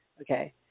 Okay